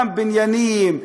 גם בניינים,